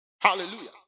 Hallelujah